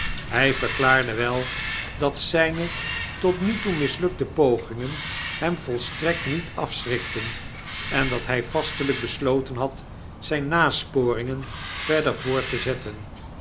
hy verklaarde wel datzynetot nu toe mislukte pogingen hem volstrekt niet afschrikten en dat hy vastelyk besloten had zyne nasporingen verder voort te zetten